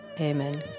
Amen